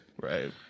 right